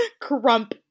Crump